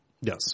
Yes